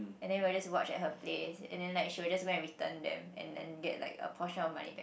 and then we were just watched at her place and then like she will just go and return them and then get like a portion of money back